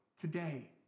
today